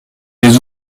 des